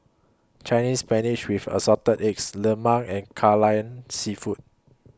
Chinese Spinach with Assorted Eggs Lemang and Kai Lan Seafood